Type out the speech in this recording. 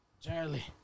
Charlie